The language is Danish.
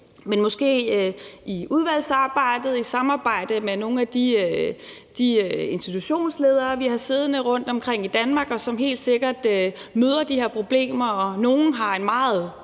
men i udvalgsarbejdet og i samarbejde med nogle af de institutionsledere, vi har siddende rundtomkring i Danmark, og som helt sikkert møder de her problemer. Nogle har en meget